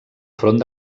front